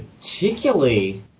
particularly